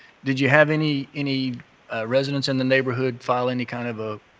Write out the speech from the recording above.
did you have any any residents in the neighborhood file any kind of a